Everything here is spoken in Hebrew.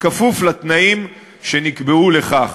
כפוף לתנאים שנקבעו לכך.